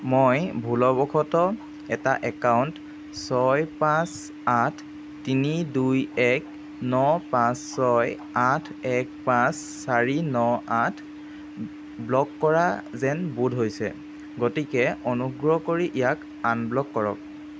মই ভুলবশতঃ এটা একাউণ্ট ছয় পাঁচ আঠ তিনি দুই এক ন পাঁচ ছয় আঠ এক পাঁচ চাৰি ন আঠ ব্লক কৰা যেন বোধ হৈছে গতিকে অনুগ্ৰহ কৰি ইয়াক আনব্লক কৰক